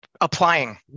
Applying